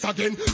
Again